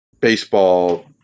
baseball